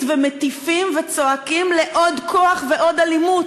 ומטיפים וצועקים לעוד כוח ועוד אלימות,